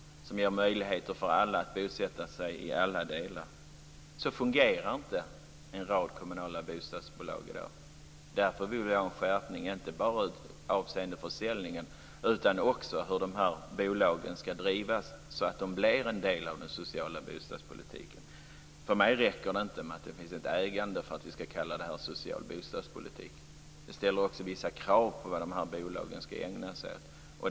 Det ger möjligheter för alla att bosätta sig i alla delar av kommunen. Så fungerar inte en rad kommunala bostadsbolag i dag. Därför vill vi ha en skärpning inte bara avseende försäljningen utan också när det gäller hur de här bolagen skall drivas så att de blir en del av den sociala bostadspolitiken. För mig räcker det inte med att det finns ett ägande för att vi skall kalla detta social bostadspolitik. Det ställer också vissa krav på vad de här bolagen skall ägna sig åt.